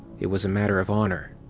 it was a matter of honor.